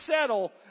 settle